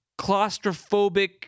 claustrophobic